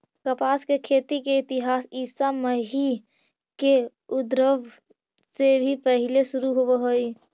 कपास के खेती के इतिहास ईसा मसीह के उद्भव से भी पहिले शुरू होवऽ हई